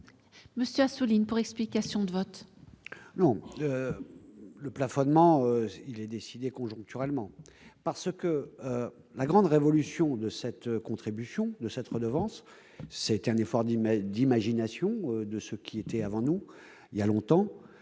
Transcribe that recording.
M. David Assouline, pour explication de vote.